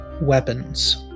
weapons